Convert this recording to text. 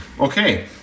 Okay